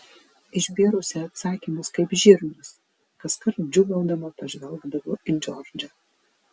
išbėrusi atsakymus kaip žirnius kaskart džiūgaudama pažvelgdavo į džordžą